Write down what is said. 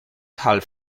half